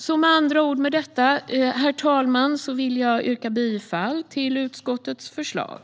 Herr talman! Jag vill yrka bifall till utskottets förslag.